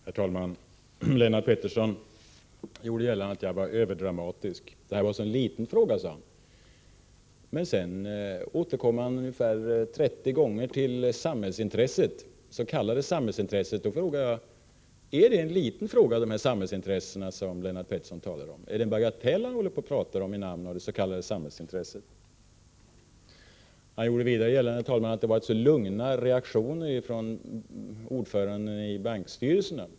Herr talman! Lennart Pettersson gjorde gällande att jag var överdramatisk. Det här är en sådan liten fråga, sade han. Men sedan återkom han ungefär 30 gånger till det s.k. samhällsintresset. Då undrar jag: Är det en liten fråga att tillgodose de samhällsintressen som Lennart Pettersson talar om? Är det en bagatell han pratar om i namn av det s.k. samhällsintresset? Lennart Pettersson påstod vidare att det hade varit så lugna reaktioner på det socialdemokratiska förslaget om ordförandena i bankstyrelserna.